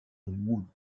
wood